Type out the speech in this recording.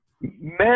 men